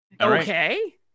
Okay